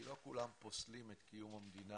כי לא כולם פוסלים את קיום המדינה